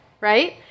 right